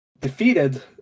defeated